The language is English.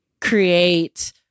create